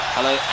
Hello